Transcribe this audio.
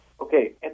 Okay